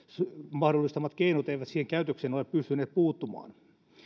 mahdollistamat keinot eivät siihen käytökseen ole pystyneet puuttumaan